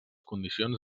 condicions